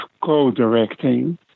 co-directing